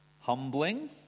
humbling